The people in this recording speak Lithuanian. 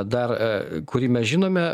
dar kurį mes žinome